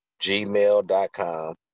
gmail.com